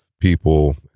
people